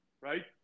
right